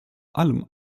allem